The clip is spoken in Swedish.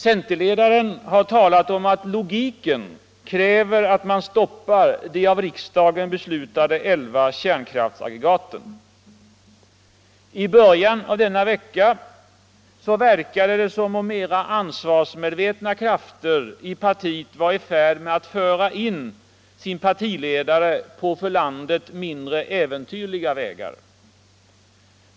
Centerledaren har talat om att logiken kräver att man stoppar de av riksdagen beslutade elva kärnkraftsaggregaten. I början av veckan verkade det som om mera ansvarsmedvetna krafter i partiet var i färd med att föra in sin partiledare på för landet mindre äventyrliga vägar.